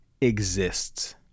exists